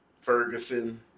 Ferguson